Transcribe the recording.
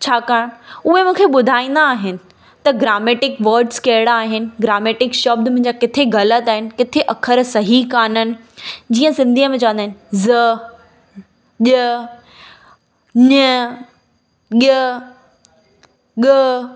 छाकाणि उहे मूंखे ॿुधाईंदा आहिनि त ग्रामेटिक वर्ड्स कहिड़ा आहिनि ग्रामेटिक शब्द मुंहिंजा किथे ग़लति आहिनि किथे अखर सही कान्हनि जीअं सिंधीअ में चवंदा आहिनि ज़ ॼ ञ ङ ॻ